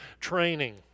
training